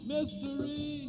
Mystery